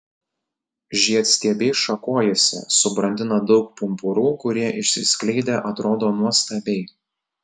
žiedstiebiai šakojasi subrandina daug pumpurų kurie išsiskleidę atrodo nuostabiai